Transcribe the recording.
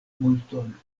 multon